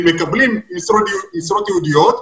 הם מקבלים משרות ייעודיות,